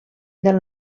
del